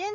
N